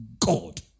God